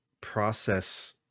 process